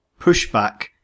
pushback